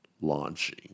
Launching